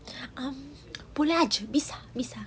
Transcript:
um boleh bisa bisa